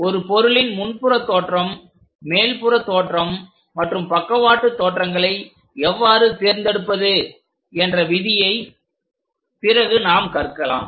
ஒரு பொருளின் முன்புற தோற்றம் மேற்புறத் தோற்றம் மற்றும் பக்கவாட்டு தோற்றங்களை எவ்வாறு தேர்ந்தெடுப்பது என்ற விதியை பிறகு நாம் கற்கலாம்